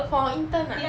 for intern ah